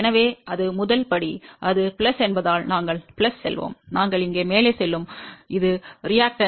எனவே அது முதல் படி அது பிளஸ் என்பதால் நாங்கள் பிளஸ் செல்வோம் நாங்கள் இங்கே மேலே செல்லும் இது எதிர்வினை 0